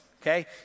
okay